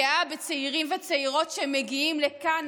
גאה בצעירים ובצעירות שמגיעים לכאן,